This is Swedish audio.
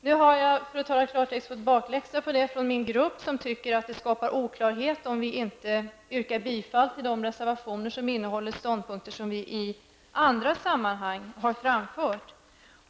Nu har jag, för att tala i klartext, fått bakläxa på detta från min grupp, som tycker att det skapar oklarhet om vi inte yrkar bifall till de reservationer som innehåller ståndpunkter som vi i andra sammanhang har framfört.